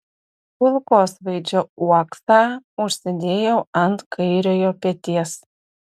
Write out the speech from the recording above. kulkosvaidžio uoksą užsidėjau ant kairiojo peties